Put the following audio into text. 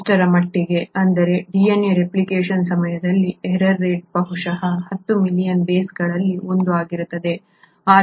ಎಷ್ಟರಮಟ್ಟಿಗೆ ಎಂದರೆ DNA replication ಸಮಯದಲ್ಲಿ ಏರಾರ್ ರೇಟ್ ಬಹುಶಃ 10 ಮಿಲಿಯನ್ ಬೇಸ್ಗಳಲ್ಲಿ 1 ಆಗಿರುತ್ತದೆ